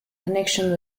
connection